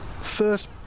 First